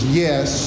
yes